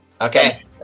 Okay